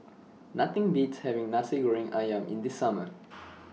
Nothing Beats having Nasi Goreng Ayam in The Summer